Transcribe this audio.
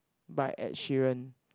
by Ed-Sheeran